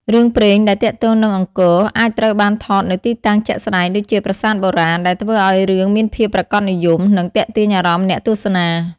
រឿងព្រេងដែលទាក់ទងនឹងអង្គរអាចត្រូវបានថតនៅទីតាំងជាក់ស្តែងដូចជា ប្រាសាទបុរាណ ដែលធ្វើឲ្យរឿងមានភាពប្រាកដនិយម និងទាក់ទាញអារម្មណ៍អ្នកទស្សនា។